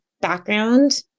background